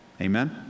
amen